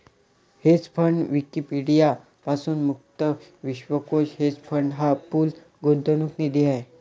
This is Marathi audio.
हेज फंड विकिपीडिया पासून मुक्त विश्वकोश हेज फंड हा पूल गुंतवणूक निधी आहे